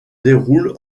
déroule